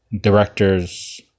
directors